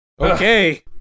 Okay